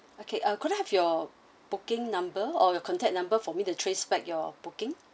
okay uh could I have your booking number or your contact number for me to trace back your booking